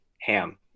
Ham